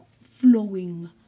flowing